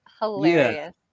hilarious